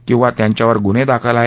किवा त्यांच्यावर गुन्हे दाखल आहेत